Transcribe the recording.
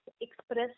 express